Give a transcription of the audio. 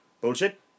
Bullshit